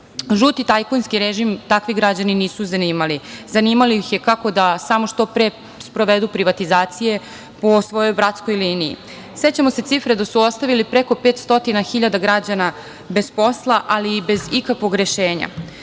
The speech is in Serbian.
tajkunski režim takvi građani nisu zanimali. Zanimalo ih je kako da samo što pre sprovedu privatizacije po svoj bratskoj liniji. Sećamo se cifre da su ostavili preko 500 hiljada građana bez posla, ali i bez ikakvog rešenja.